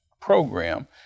program